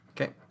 Okay